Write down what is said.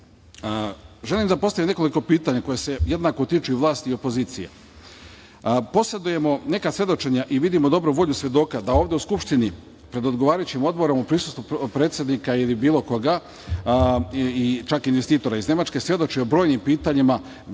da postavim nekoliko pitanja koja se jednako tiču i vlasti i opozicije. Posedujemo neka svedočenja i vidimo dobru volju svedoka da ovde u Skupštini, pred odgovarajućim odborom u prisustvu predsednika ili bilo koga i čak i investitora iz Nemačke, svedoče o brojnim pitanjima,